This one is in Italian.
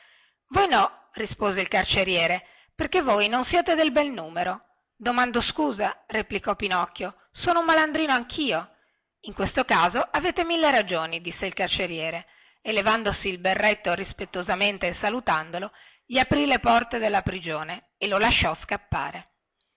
voi no rispose il carceriere perché voi non siete del bel numero domando scusa replicò pinocchio sono un malandrino anchio in questo caso avete mille ragioni disse il carceriere e levandosi il berretto rispettosamente e salutandolo gli aprì le porte della prigione e lo lasciò scappare